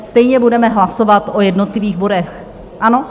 Stejně budeme hlasovat o jednotlivých bodech, ano?